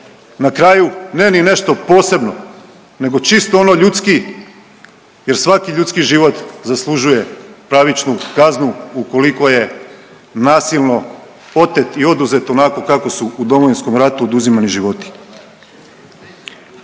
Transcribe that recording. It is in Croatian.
na kraju ne ni nešto posebno, nego čisto ono ljudski jer svaki ljudski život zaslužuje pravičnu kaznu ukoliko je nasilno otet i oduzeto onako kako su u Domovinskom ratu oduzimani životi.